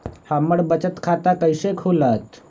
हमर बचत खाता कैसे खुलत?